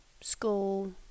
school